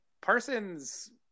Parsons